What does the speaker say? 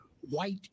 white